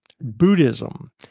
Buddhism